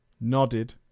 Nodded